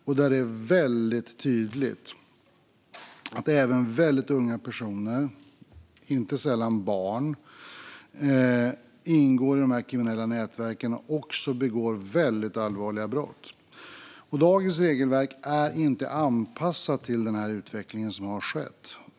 Och det är tydligt att även väldigt unga personer, inte sällan barn, ingår i dessa kriminella nätverk och också begår väldigt allvarliga brott. Dagens regelverk är inte anpassat till den utveckling som har skett.